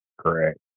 correct